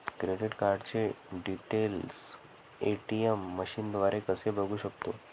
Credit कार्डचे details ATM मशीनद्वारे कसे बघू शकतो?